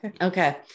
Okay